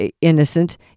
innocent